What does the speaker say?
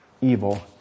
evil